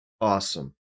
Awesome